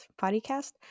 podcast